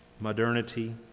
modernity